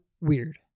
weird